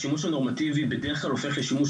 השימוש הנורמטיבי בדרך כלל הופך לשימוש